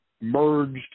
merged